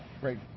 Great